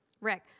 Rick